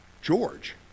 George